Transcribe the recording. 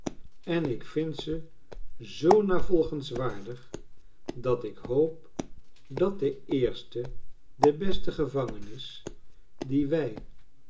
en ik vind ze zoo navolgenswaardig dat ik hoop dat de eerste de beste gevangenis die wij